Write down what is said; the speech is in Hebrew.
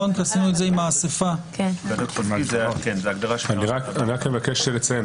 אני רק מבקש לציין,